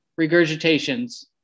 regurgitations